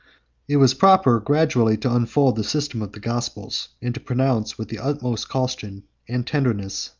it was proper gradually to unfold the system of the gospel, and to pronounce, with the utmost caution and tenderness,